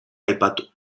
aipatu